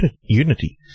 Unity